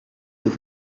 with